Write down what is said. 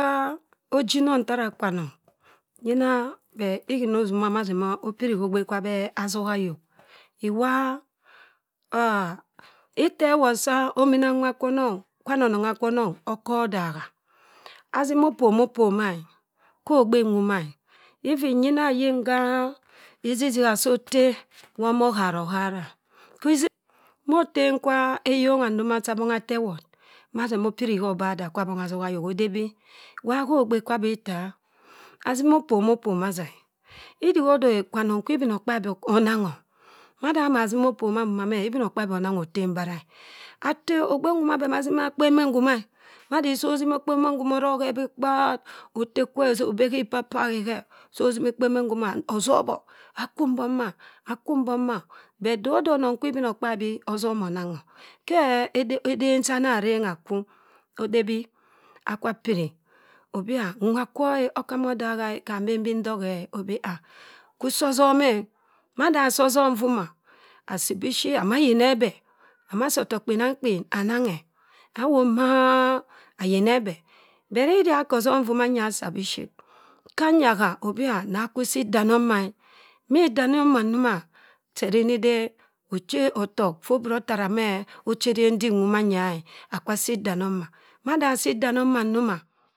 . Ha ojining fara kwanong, yina ihina osima ma seh ma opiri khogbe kwubeh azoha ayok. kwa itteworr saa ominanwa kwonong, kwono nongha kwonong. Okodaha, azima opoma opoma e. khogbe nwoma e, evin yina ayin kha issisigha sotteh wa omoharohara e. motem kwa eyonghan ndoma chiwa bongha attoewort ma se ma opiri habadah kwabongha kwu bongha ozoha ayok odebi. waa khogbe kwa abiltaa, azim apoma opoma aza e. idihodeh kwanong kwu ibinokpabi onangho mada ama simi opoma nwomeh e ibinokabi onangho otembara e. atteh, ogbenwoma beh na zima akpen menn humah e. madisa osima akpe menn humah orohe bii kparr. otteh kwe oza obeh khi papahi khe. so zimi ikpermenn humah ozobho akwu mbong ma? Akwu mbong ma? But ode onong kwu ibinokpabi ozomonangho khe eden chana arengha akwu odebii akwa piri, obiah, nwa kwo e okam odagha e. Hammbem bi ntoghe e. abi ah, kwu sozom eh mada sozom nvoma, asii biship ama yinebeh. Amasi otokperinkpen ananghe. Awop maa ayinebeh but ira akah ossom nuo manya assah bishit. khanya ha abi ah, nah kwu sii donomah e. midanomah njoma che do ede otok ffo obra otara meh oche den dok nwo manya e. Akwasii danomana. madasii idanomma nnoma,